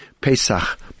Pesach